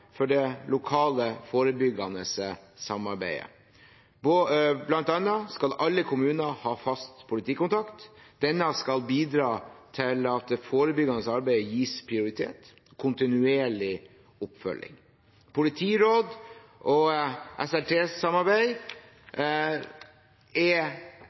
for det lokale forebyggende samarbeidet. Blant annet skal alle kommuner ha en fast politikontakt. Denne skal bidra til at det forebyggende arbeidet gis prioritet og kontinuerlig oppfølging. Politiråd og SLT-samarbeid er